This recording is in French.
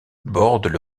bordent